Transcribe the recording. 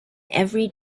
every